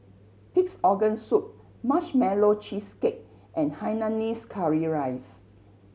Pig's Organ Soup Marshmallow Cheesecake and hainanese curry rice